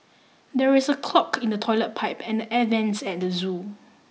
there is a clog in the toilet pipe and the air vents at the zoo